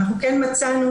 כן מצאנו